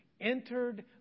entered